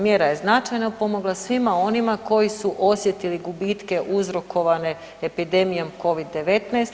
Mjera je značajno pomogla svima onima koji su osjetili gubitke uzrokovane epidemijom Covid-19.